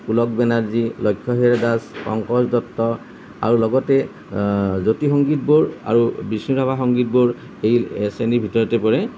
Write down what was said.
পুলক বেনাৰ্জী লক্ষ্যহীৰা দাস পংকজ দত্ত আৰু লগতে জ্যোতি সংগীতবোৰ আৰু বিষ্ণু ৰাভা সংগীতবোৰ এই শ্ৰেণীৰ ভিতৰতে পৰে